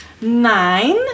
Nine